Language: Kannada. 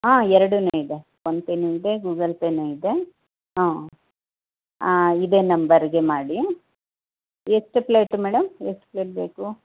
ಹಾಂ ಎರಡೂನು ಇದೆ ಫೋನ್ ಪೇನು ಇದೆ ಗೂಗಲ್ ಪೇನು ಇದೆ ಹ್ಞೂ ಹಾಂ ಇದೆ ನಂಬರ್ಗೆ ಮಾಡಿ ಎಷ್ಟು ಪ್ಲೇಟ್ ಮೇಡಮ್ ಎಷ್ಟು ಪ್ಲೇಟ್ ಬೇಕು